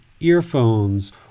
earphones